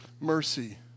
mercy